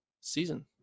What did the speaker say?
season